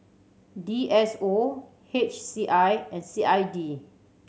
D S O H C I and C I D